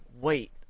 wait